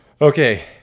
Okay